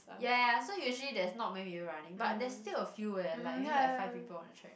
ya ya ya so usually there's not many people running but there's still a few eh like maybe like five people on the track